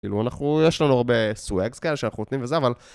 כאילו אנחנו, יש לנו הרבה סוואגס כאלה שאנחנו נותנים וזה, אבל...